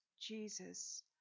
Jesus